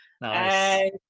Nice